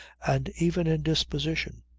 and even in disposition,